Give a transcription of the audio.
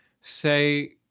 say